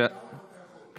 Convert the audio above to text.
אתה לא חייב, אבל אתה יכול.